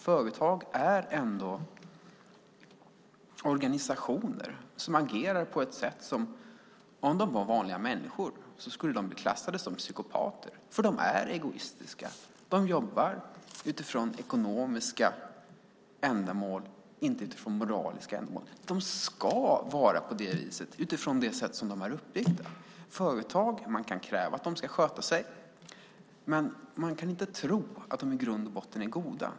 Företag är ändå organisationer som agerar på ett sätt som, om de var vanliga människor, skulle klassa dem som psykopater. De är egoistiska, och de jobbar utifrån ekonomiska ändamål, inte utifrån moraliska ändamål. De ska vara på det viset utifrån det sätt de är uppbyggda. Man kan kräva att företag ska sköta sig, men man kan inte tro att de i grund och botten är goda.